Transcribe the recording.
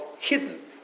hidden